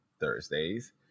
Thursdays